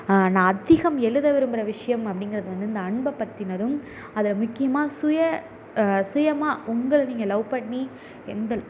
நான் அதிகம் எழுத விரும்புகிற விஷயம் அப்படிங்கிறது வந்து இந்த அன்பை பற்றினதும் அதை முக்கியமாக சுயம் சுயமாக உங்களை நீங்கள் லவ் பண்ணி எந்தளவு